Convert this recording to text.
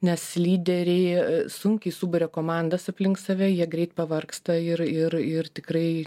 nes lyderiai sunkiai suburia komandas aplink save jie greit pavargsta ir ir ir tikrai